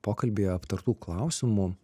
pokalbyje aptartų klausimų